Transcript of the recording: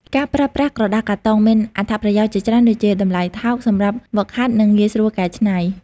ការប្រើប្រាស់ក្រដាសកាតុងមានអត្ថប្រយោជន៍ជាច្រើនដូចជា តម្លៃថោក សម្រាប់ហ្វឹកហាត់ និងងាយស្រួលកែច្នៃ។